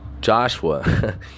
Joshua